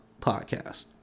Podcast